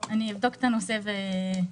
אני אבדוק את הנושא ואעדכן.